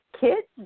kids